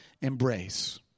embrace